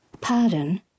Pardon